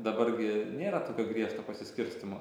ir dabar gi nėra tokio griežto pasiskirstymo